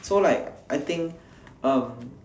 so like I think um